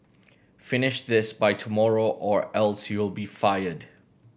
finish this by tomorrow or else you'll be fired